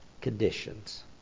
conditions